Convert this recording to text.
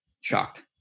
Shocked